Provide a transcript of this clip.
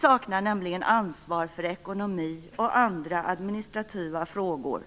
saknar nämligen ansvar för ekonomi och andra administrativa frågor.